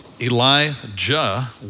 Elijah